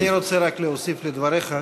אני רוצה רק להוסיף על דבריך,